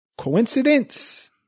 Coincidence